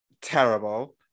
terrible